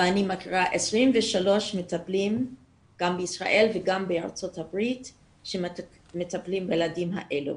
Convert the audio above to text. אני מכירה 23 מטפלים גם בישראל וגם בארצות הברית שמטפלים בילדים האלה.